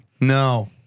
no